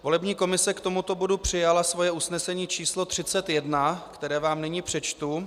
Volební komise k tomuto bodu přijala svoje usnesení číslo 31, které vám nyní přečtu.